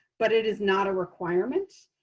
but it is not a requirement.